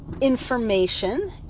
information